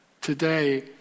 today